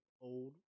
old